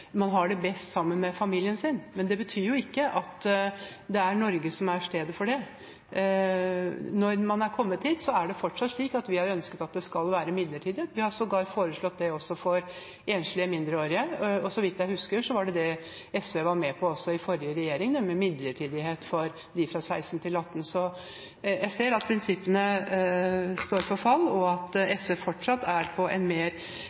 man har det best sammen med familien sin, men det betyr ikke at det er Norge som er stedet for det. Når man er kommet hit, er det fortsatt slik at vi har ønsket at det skal være midlertidig. Vi har sågar foreslått det også for enslige mindreårige, og så vidt jeg husker, var også SV med på det i forrige regjering, nemlig midlertidighet for dem fra 16 til 18 år. Jeg ser at prinsippene står for fall, og at SV fortsatt står for en mer